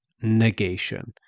negation